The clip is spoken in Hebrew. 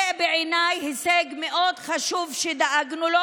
זה בעיניי הישג מאוד חשוב שדאגנו לו,